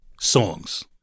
songs